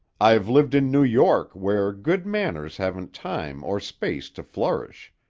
i've lived in new york where good manners haven't time or space to flourish.